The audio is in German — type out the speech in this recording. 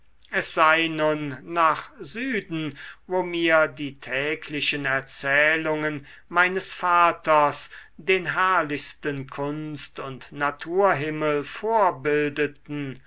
es sei nun nach süden wo mir die täglichen erzählungen meines vaters den herrlichsten kunst und naturhimmel vorbildeten